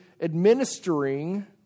administering